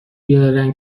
بیارن